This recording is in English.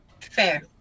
Fair